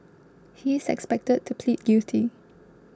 he is expected to plead guilty